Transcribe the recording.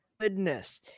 goodness